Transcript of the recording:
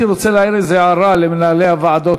הייתי רוצה להעיר איזו הערה למנהלי הוועדות,